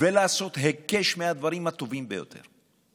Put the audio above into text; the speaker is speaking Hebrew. ולעשות היקש מהדברים הטובים ביותר.